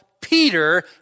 Peter